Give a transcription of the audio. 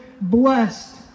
blessed